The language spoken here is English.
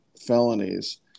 felonies